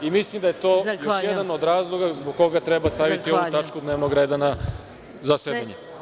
Mislim da je to još jedan od razloga zbog koga treba staviti ovu tačku dnevnog reda na zasedanje.